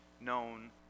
known